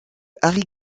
harry